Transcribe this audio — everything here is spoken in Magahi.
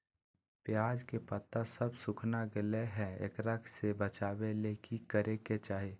प्याज के पत्ता सब सुखना गेलै हैं, एकरा से बचाबे ले की करेके चाही?